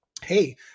Hey